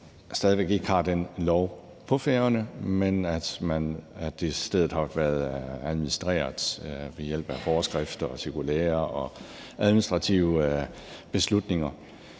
stadig ikke har den lov på Færøerne, men at det i stedet har været administreret ved hjælp af forskrifter, cirkulærer og administrative beslutninger.